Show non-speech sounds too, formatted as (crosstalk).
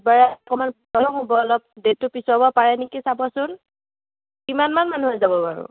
(unintelligible) অলপ পলম হ'ব অলপ ডে'টটো পিছুৱাব পাৰে নেকি চাবচোন কিমানমান মানুহ যাব বাৰু